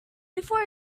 before